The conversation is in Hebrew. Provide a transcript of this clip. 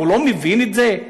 הוא לא מבין את זה?